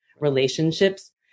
relationships